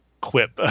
quip